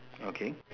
okay